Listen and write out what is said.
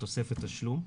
התוספת תשלום.